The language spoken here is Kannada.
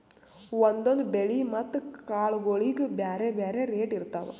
ಒಂದೊಂದ್ ಬೆಳಿ ಮತ್ತ್ ಕಾಳ್ಗೋಳಿಗ್ ಬ್ಯಾರೆ ಬ್ಯಾರೆ ರೇಟ್ ಇರ್ತವ್